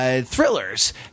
thrillers